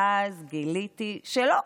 ואז גיליתי שלא,